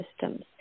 systems